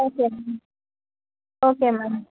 okay ma'am okay ma'am